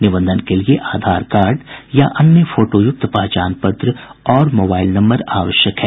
निबंधन के लिए आधार कार्ड या अन्य फोटोयुक्त पहचान पत्र और मोबाईल नम्बर जरूरी है